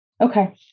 Okay